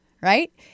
right